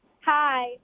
Hi